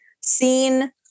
seen